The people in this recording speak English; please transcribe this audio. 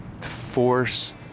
force